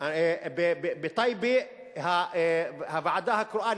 בטייבה הוועדה הקרואה,